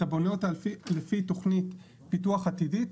אתה בונה אותה לפי תוכנית פיתוח עתידית.